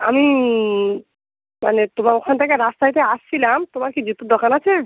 আমি মানে তোমার ওখান থেকে রাস্তায়তে আসছিলাম তোমার কি জুতোর দোকান আছে